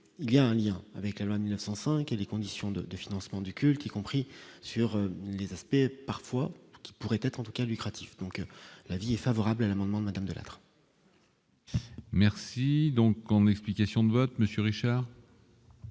il y a un lien avec la loi de 1905 et les conditions de de financement du culte, y compris sur les aspects parfois qui pourraient être en tout cas lucratif donc l'avis favorable à l'amendement Madame Delattre. Merci donc en explications de vote Monsieur